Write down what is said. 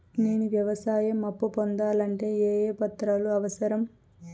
నేను వ్యవసాయం అప్పు పొందాలంటే ఏ ఏ పత్రాలు అవసరం?